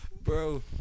Bro